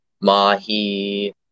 mahi